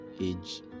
age